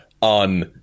on